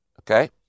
Okay